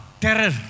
terror